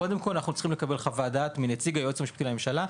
קודם כל אנחנו צריכים לקבל חוות דעת מנציג היועץ המשפטי לממשלה,